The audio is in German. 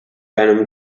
einem